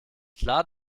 klar